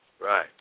Right